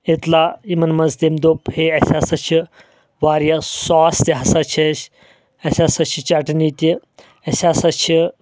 اطلاع یِمن منٛز تٔمۍ دوٚپ ہے اسہِ ہسا چھِ واریاہ ساس تہِ ہسا چھِ اسہِ اسہِ ہسا چھِ چٹنی تہِ اسہِ ہسا چھِ